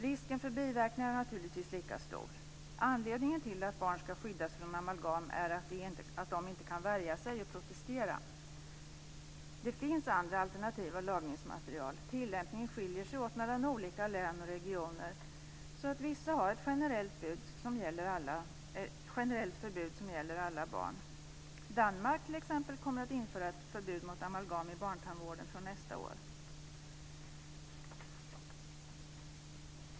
Risken för biverkningar är naturligtvis lika stor. Anledningen till att barn ska skyddas från amalgam är att de inte kan värja sig och protestera. Det finns alternativa lagningsmaterial. Tillämpningen skiljer sig åt mellan olika län och regioner. Vissa har ett generellt förbud som gäller alla barn. Danmark t.ex. kommer att införa ett förbud mot amalgam i barntandvården från nästa år.